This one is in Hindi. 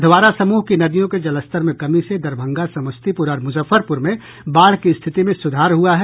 अधवारा समूह की नदियों के जलस्तर में कमी से दरभंगा समस्तीपूर और मूजफ्फरपूर में बाढ़ की स्थिति में सुधार हुआ है